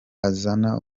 azana